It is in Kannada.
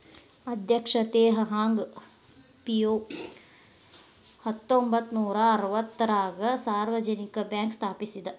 ಅಧ್ಯಕ್ಷ ತೆಹ್ ಹಾಂಗ್ ಪಿಯೋವ್ ಹತ್ತೊಂಬತ್ ನೂರಾ ಅರವತ್ತಾರಗ ಸಾರ್ವಜನಿಕ ಬ್ಯಾಂಕ್ ಸ್ಥಾಪಿಸಿದ